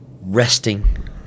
resting